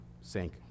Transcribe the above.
sink